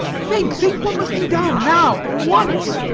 think, think what must be done, now, at once,